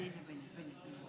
אני פה.